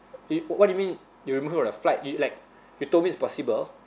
you what do you mean you remove from the flight you like you told me it's possible